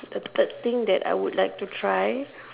the the thing I would like to try